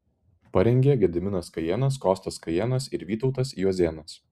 parengė gediminas kajėnas kostas kajėnas ir vytautas juozėnas